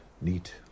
neat